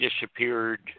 disappeared